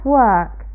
work